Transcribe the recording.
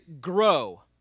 grow